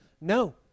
No